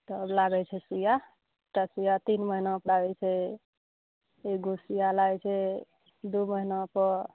तब लागै छै सुइया एकटा सुइया तीन महिना पर लागै छै एक गो सुइया लागै छै दू महिना पर